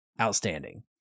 Outstanding